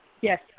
Yes